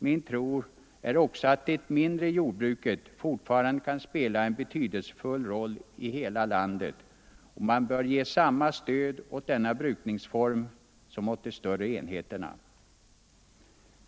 Min tro är också att det mindre jordbruket fortfarande kan spela en betydelsefull roll i hela landet och att man bör ge samma stöd åt denna brukningsform som åt de större enheterna.